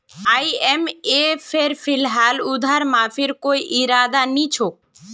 आईएमएफेर फिलहाल उधार माफीर कोई इरादा नी छोक